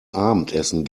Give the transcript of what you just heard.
abendessen